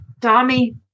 Dami